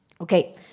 Okay